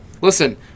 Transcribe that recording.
Listen